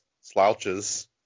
slouches